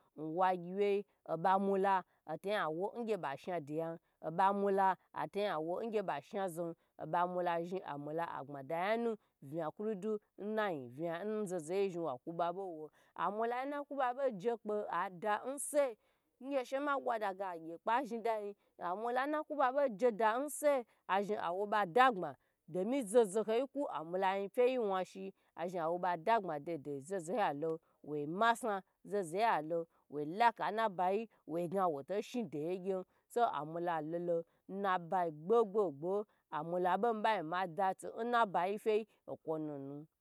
Nwagyi wye oba mula ata zhi awo ngye ba sha diyan obamwa ata zhn awu ngye ba sha zon nbamula zhn amula agbma da yanu una ku dudu n zaza hoyi zhi wa ku ba bo wo anawa n naku ba ba da nge ngye she ma bwa shi da yi azhi wo ba dagbma domi zoho zoho yi ku ann wa yi pye yi wash azhn agye ba dagba dei dei zo zo yi lo woi masa zozo ho yi lowo gna wo bo shi doye gyu so amula lo lo n nabayi gbo gbo gbo amula bo miba ma da tuba bo fewi okwo nunu.